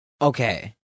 okay